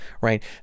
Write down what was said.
right